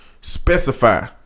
specify